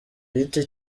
giti